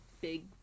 big